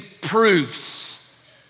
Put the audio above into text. proofs